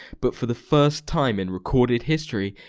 but for the first time in recorded history.